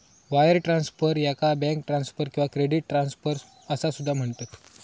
wire transfer, याका bank transfer किंवा credit transfer असा सुद्धा म्हणतत